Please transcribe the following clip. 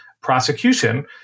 prosecution